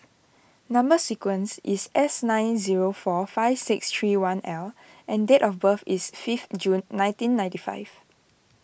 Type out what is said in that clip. Number Sequence is S nine zero four five six three one L and date of birth is fifth June nineteen ninety five